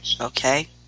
okay